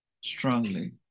strongly